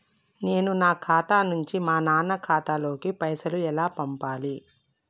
నేను నా ఖాతా నుంచి మా నాన్న ఖాతా లోకి పైసలు ఎలా పంపాలి?